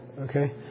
okay